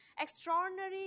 Extraordinary